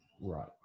Right